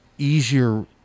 Easier